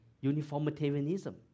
uniformitarianism